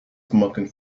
smoking